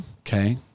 Okay